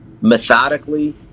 methodically